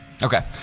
Okay